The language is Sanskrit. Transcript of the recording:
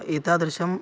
एतादृशः